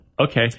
Okay